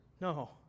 No